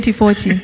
2040